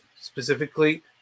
specifically